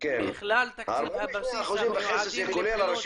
מכלל תקציב הבסיס המיועדים